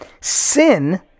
sin